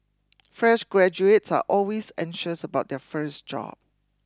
fresh graduates are always anxious about their first job